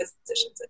physician's